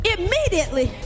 Immediately